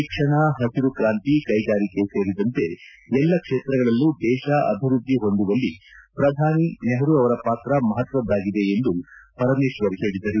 ಶಿಕ್ಷಣ ಹಸಿರು ಕ್ರಾಂತಿ ಕೈಗಾರಿಕೆ ಸೇರಿದಂತೆ ಎಲ್ಲಾ ಕ್ಷೇತ್ರಗಳಲ್ಲೂ ದೇಶ ಅಭಿವೃದ್ದಿ ಹೊಂದುವಲ್ಲಿ ಪ್ರಧಾನಿ ನೆಹರು ಅವರ ಪಾತ್ರ ಮಹತ್ವದಾಗಿದೆ ಎಂದು ಪರಮೇಶ್ವರ್ ಹೇಳಿದರು